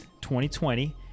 2020